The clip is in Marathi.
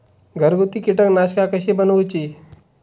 घरगुती कीटकनाशका कशी बनवूची?